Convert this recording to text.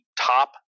top